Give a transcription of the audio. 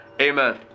Amen